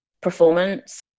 performance